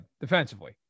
defensively